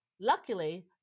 luckily